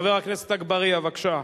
חבר הכנסת אגבאריה, בבקשה.